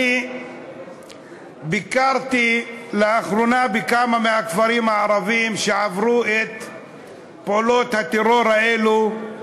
אני ביקרתי לאחרונה בכמה מהכפרים הערביים שעברו את פעולות הטרור האלה,